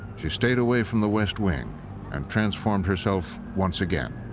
she stayed away from the west wing and transformed herself once again.